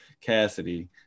Cassidy